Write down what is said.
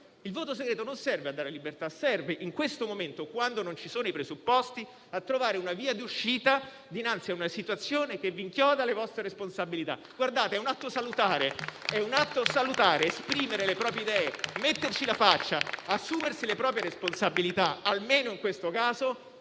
Il voto segreto non serve a dare libertà, ma serve in questo momento, quando non ci sono i presupposti, a trovare una via d'uscita dinanzi a una situazione che vi inchioda alle vostre responsabilità. È un atto salutare esprimere le proprie idee, metterci la faccia, assumersi le proprie responsabilità, almeno in questo caso.